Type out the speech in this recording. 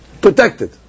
protected